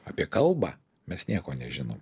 apie kalbą mes nieko nežinom